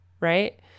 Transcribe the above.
Right